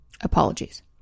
Apologies